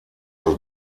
das